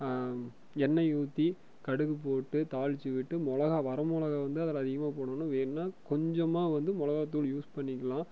எண்ணெய் ஊற்றி கடுகு போட்டு தாளிச்சு விட்டு மிளகா வரமிளகா வந்து அதில் அதிகமாக போடணும் வேணுனா கொஞ்சமாக வந்து மிளகாத்தூள் யூஸ் பண்ணிக்கலாம்